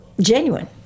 genuine